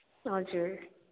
हजुर